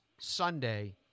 Sunday